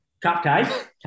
Cupcake